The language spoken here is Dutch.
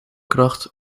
kracht